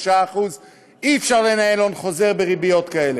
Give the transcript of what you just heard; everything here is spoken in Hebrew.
3%. אי-אפשר לנהל הון חוזר בריביות כאלה.